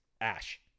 Ash